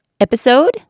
episode